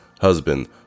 husband